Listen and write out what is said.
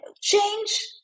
change